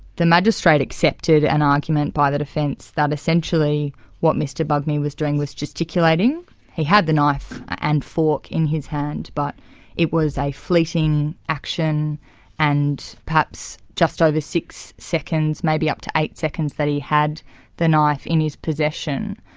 the magistrate accepted an argument by the defence that essentially what mr bugmy was doing was gesticulating he had the knife and fork in his hand, but it was a fleeting action and perhaps just over six seconds, maybe up to eight seconds that he had the knife in his possession.